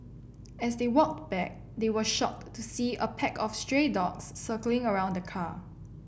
as they walked back they were shocked to see a pack of stray dogs circling around the car